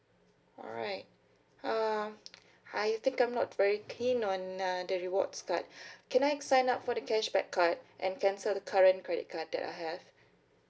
alright uh I think I'm not very clean on uh the rewards card can I sign up for the cashback card and cancel the current credit card that I have